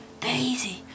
Daisy